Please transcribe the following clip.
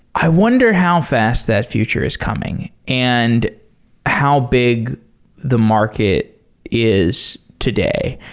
i wonder how fast that future is coming and how big the market is today.